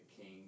king